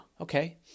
okay